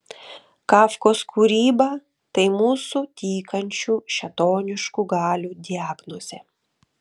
kafkos kūryba tai mūsų tykančių šėtoniškų galių diagnozė